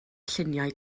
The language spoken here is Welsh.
lluniau